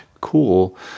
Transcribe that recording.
cool